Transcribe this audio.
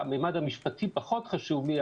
המימד המשפטי פחות חשוב לי,